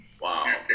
Wow